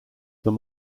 them